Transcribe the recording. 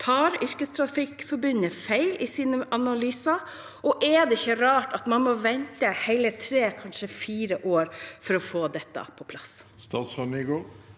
2023 Yrkestrafikkforbundet feil i sine analyser? Og er det ikke rart at man må vente hele tre, kanskje fire, år for å få dette på plass? Statsråd